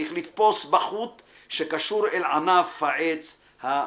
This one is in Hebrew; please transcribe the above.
צריך לתפוס בחוט/ שקשור אל ענף/ העץ המיובש.